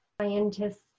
scientists